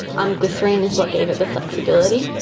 um glycerine is what gave it the flexibility.